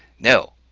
no.